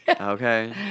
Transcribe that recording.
Okay